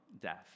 death